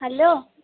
hello